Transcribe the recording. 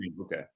Okay